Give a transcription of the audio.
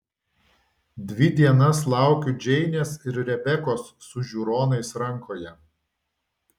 dvi dienas laukiu džeinės ir rebekos su žiūronais rankoje